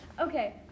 okay